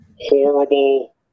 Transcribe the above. horrible